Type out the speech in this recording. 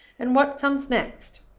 and what comes next?